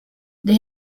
they